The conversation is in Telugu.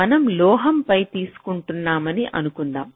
మనం లోహంపై తీసుకుంటున్నామని అనుకుందాం